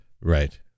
Right